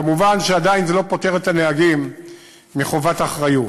מובן שעדיין זה לא פוטר את הנהגים מחובת האחריות.